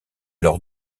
leur